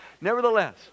Nevertheless